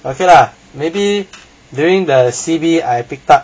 okay lah maybe during the C_B I picked up